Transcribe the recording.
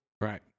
Right